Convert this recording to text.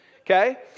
okay